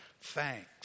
thanks